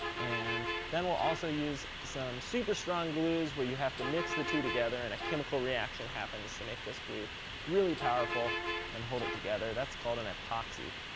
and then we'll also use some super strong glues where you have to mix the two together. and a chemical reaction happens to make this glue really powerful and hold it together. that's called an epoxy.